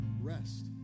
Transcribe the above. rest